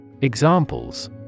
Examples